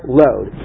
load